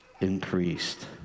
increased